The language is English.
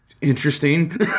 interesting